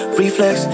reflex